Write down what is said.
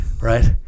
right